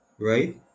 right